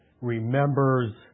remembers